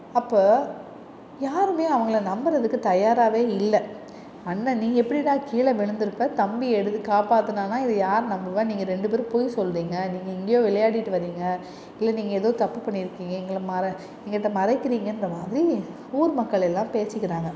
அப்போ யாருமே அவங்களை நம்புகிறதுக்கு தயாராகவே இல்லை அண்ணன் நீ எப்படி டா கீழே விழுந்து இருப்ப தம்பி எழுது காப்பாற்றுனானா இதை யார் நம்புவா நீங்கள் ரெண்டு பேரும் பொய் சொல்லுறிங்க நீங்கள் எங்கேயோ விளையாடிவிட்டு வரிங்க இல்லை நீங்கள் எதோ தப்பு பண்ணி இருக்கீங்க எங்களை மற எங்கள்கிட்ட மறைக்குறீங்கன்ற மாதிரி ஊர் மக்கள் எல்லாம் பேசிக்கிறாங்க